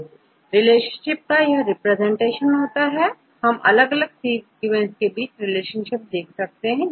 यह रिलेशनशिप का रिप्रेजेंटेशन है तो अलग अलग सीक्वेंस के बीच रिलेशनशिप देखी जाती है